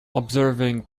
observing